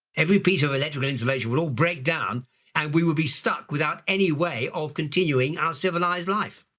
every piece of electrical insulation would all break down and we will be stuck without any way of continuing our civilized life.